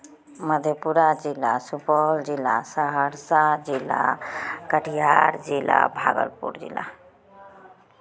मधेपुरा जिला सुपौल जिला सहरसा जिला कटिहार जिला भागलपुर जिला